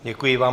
Děkuji vám.